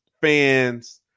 fans